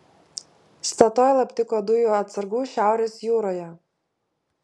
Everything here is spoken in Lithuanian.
statoil aptiko dujų atsargų šiaurės jūroje